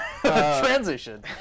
transition